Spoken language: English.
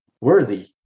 worthy